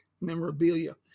memorabilia